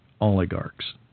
oligarchs